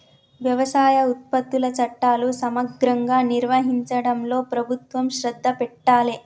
వ్యవసాయ ఉత్పత్తుల చట్టాలు సమగ్రంగా నిర్వహించడంలో ప్రభుత్వం శ్రద్ధ పెట్టాలె